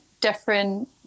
different